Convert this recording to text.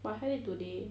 but I had it today